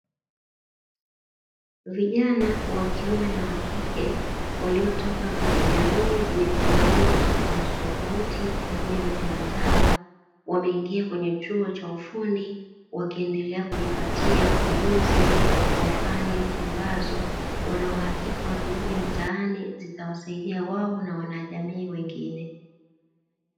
Vijana wa kiume na wa kike waliotoka kwenye jamii zenye tamaduni tofauti tofauti pamoja na mila zao, wameingia kwenye chuo cha ufundi wakiendelea kujipatia ujuzi wa fani ambazo wanauhakika wakirudi mtaani zitawasaidia wao na wanajamii wengine.